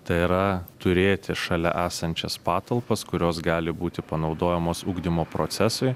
tai yra turėti šalia esančias patalpas kurios gali būti panaudojamos ugdymo procesui